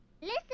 listen